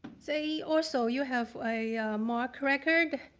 say, also you have a marc record